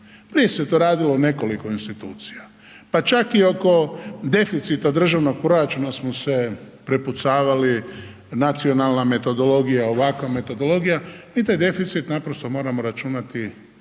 Prije se to radilo u nekoliko institucija, pa čak i oko deficita državnog proračuna smo se prepucavali, nacionalna metodologija, ovakva metodologija i taj deficit naprosto moramo računati po